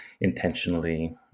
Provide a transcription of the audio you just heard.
intentionally